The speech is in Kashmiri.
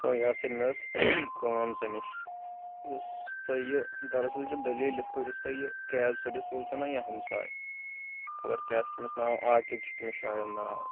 ہو یاسیٖن مےٚ ٲس کٲم ژےٚ نِش یُس تۄہہِ یہِ دَراَصل چھِ دٔلیٖل یِتھ کٔٹھۍ یُس تۄہہِ یہِ کیب سٔروِس وول چھُنَہ یہِ ہَمساے خبر کیٛاہ چھِ تٔمِس ناو عاقِب چھِ تٔمِس شایَد ناو